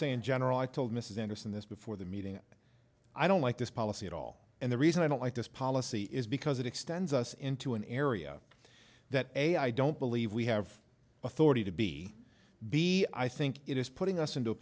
say in general i told mrs anderson this before the meeting i don't like this policy at all and the reason i don't like this policy is because it extends us into an area that a i don't believe we have authority to be b i think it is putting us into a